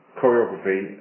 choreography